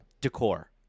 decor